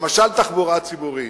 למשל תחבורה ציבורית.